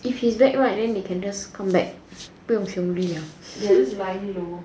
if he's back right then they can just come back 不用 hiong li